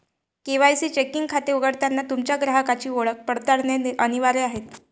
KYC checking खाते उघडताना तुमच्या ग्राहकाची ओळख पडताळणे अनिवार्य आहे